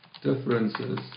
differences